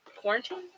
Quarantine